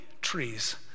trees